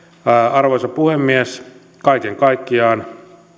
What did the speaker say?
arvoisa puhemies kaiken kaikkiaan